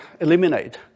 eliminate